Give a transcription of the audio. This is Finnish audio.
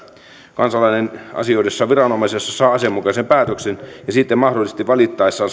kansalainen asioidessaan viranomaisessa saa asianmukaisen päätöksen ja sitten mahdollisesti valittaessaan